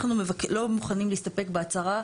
אנחנו לא מוכנים להסתפק בהצהרה,